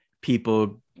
people